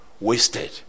wasted